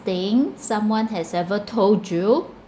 thing someone has ever told you